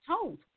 told